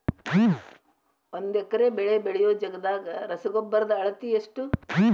ಒಂದ್ ಎಕರೆ ಬೆಳೆ ಬೆಳಿಯೋ ಜಗದಾಗ ರಸಗೊಬ್ಬರದ ಅಳತಿ ಎಷ್ಟು?